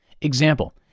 Example